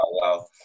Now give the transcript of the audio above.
wow